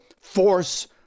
force